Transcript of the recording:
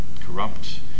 corrupt